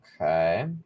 Okay